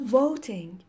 voting